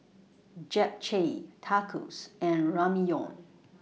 Japchae Tacos and Ramyeon